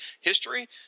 history –